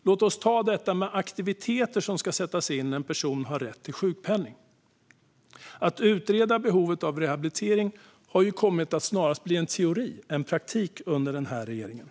Låt oss ta detta med aktiviteter som ska sättas in när en person har rätt till sjukpenning. Att utreda behovet av rehabilitering har kommit att bli en teori snarare än en praktik under den här regeringen.